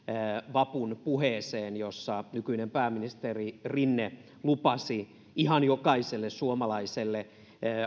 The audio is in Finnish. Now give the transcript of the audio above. vapun puheeseen jossa nykyinen pääministeri rinne lupasi ihan jokaiselle suomalaiselle